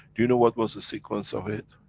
do you know what was the sequence of it?